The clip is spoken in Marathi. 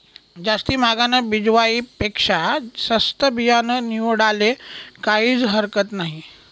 जास्ती म्हागानं बिजवाई पेक्शा सस्तं बियानं निवाडाले काहीज हरकत नही